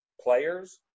players